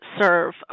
serve